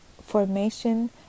formation